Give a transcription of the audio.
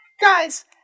Guys